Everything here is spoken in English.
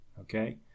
okay